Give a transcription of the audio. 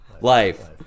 life